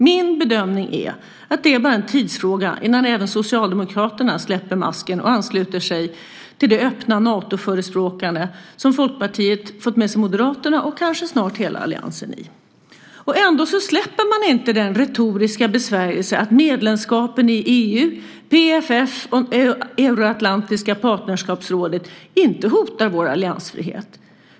Min bedömning är att det bara är en tidsfråga innan även Socialdemokraterna släpper masken och ansluter sig till det öppna Natoförespråkande som Folkpartiet fått med sig Moderaterna och kanske snart hela alliansen i. Ändå släpper man inte den retoriska besvärjelsen att medlemskap i EU, PFF och Euroatlantiska partnerskapsrådet inte hotar vår alliansfrihet.